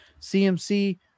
cmc